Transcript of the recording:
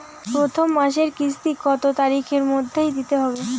প্রথম মাসের কিস্তি কত তারিখের মধ্যেই দিতে হবে?